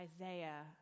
Isaiah